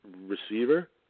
receiver